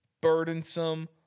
burdensome